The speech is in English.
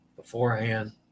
beforehand